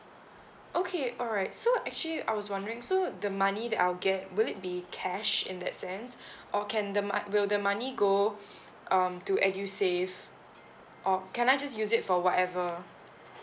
okay alright so actually I was wondering so the money that I'll get will it be cash in that sense or can the mon~ will the money go um to edusave or can I just use it for whatever